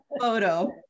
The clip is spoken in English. photo